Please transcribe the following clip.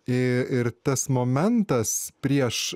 ir tas momentas prieš